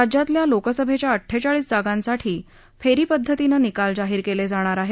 राज्यातल्या लोकसभेच्या अट्टेचाळीस जागांसाठी फेरी पद्धतीनं निकाल जाहीर केले जाणार आहेत